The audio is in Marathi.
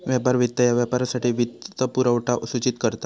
व्यापार वित्त ह्या व्यापारासाठी वित्तपुरवठा सूचित करता